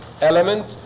element